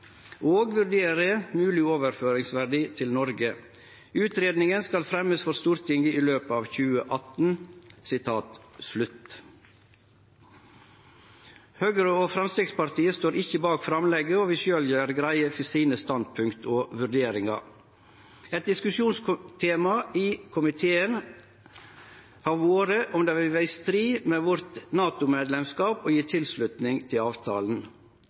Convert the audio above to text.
og vurdere mulig overføringsverdi til Norge. Utredningen skal legges frem for Stortinget i løpet av 2018.» Høgre og Framstegspartiet står ikkje bak framlegget og vil sjølve gjere greie for sine standpunkt og vurderingar. Eit diskusjonstema i komiteen har vore om det vil vere i strid med NATO-medlemskapet vårt å gje tilslutning til avtalen.